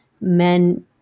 men